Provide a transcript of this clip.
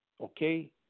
Okay